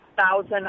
thousand